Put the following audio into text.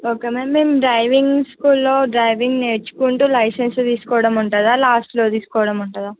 okay ma'am మేము driving స్కూల్లో driving నేర్చుకుంటూ లైసెన్స్ తీసుకోవడం ఉంటుందా లాస్ట్లో తీసుకోవడం ఉంటుందా